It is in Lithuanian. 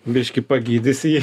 biškį pagydysi jį